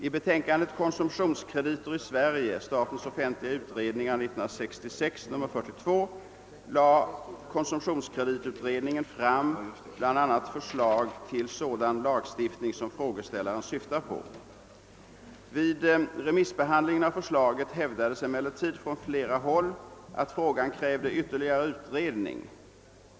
I betänkandet Konsumtionskrediter i Sverige lade konsumtionskreditutredningen fram bl a. förslag till sådan lagstiftning som frågeställaren syftar på. Vid remissbehandlingen av förslaget hävdades emellertid från flera håll att frågan krävde ytterligare utredning.